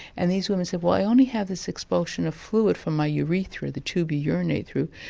and these women said well i only have this expulsion of fluid from my urethra, the tube you urinate through,